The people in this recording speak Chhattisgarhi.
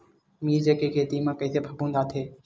मिर्च के खेती म कइसे फफूंद आथे?